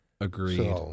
agreed